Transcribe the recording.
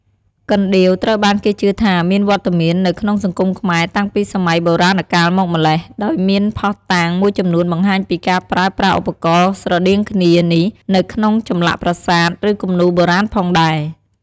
កណ្ដៀវត្រូវបានគេជឿថាមានវត្តមាននៅក្នុងសង្គមខ្មែរតាំងពីសម័យបុរាណកាលមកម្ល៉េះ ដោយមានភស្តុតាងមួយចំនួនបង្ហាញពីការប្រើប្រាស់ឧបករណ៍ស្រដៀងគ្នានេះនៅក្នុងចម្លាក់ប្រាសាទ ឬគំនូរបុរាណផងដែរ។